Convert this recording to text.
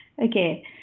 Okay